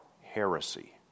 heresy